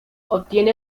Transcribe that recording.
obtiene